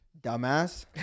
Dumbass